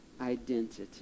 identity